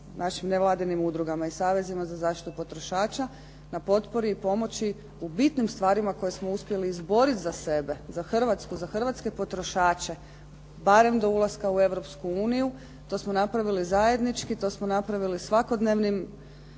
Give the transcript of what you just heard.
našim nevladinim udrugama i savezima za zaštitu potrošača na potpori i pomoći u bitnim stvarima koje smo uspjeli izboriti za sebe, za Hrvatsku, za hrvatske potrošače barem do ulaska u Europsku uniju. To smo napravili zajednički, to smo napravili svakodnevnim,